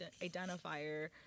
identifier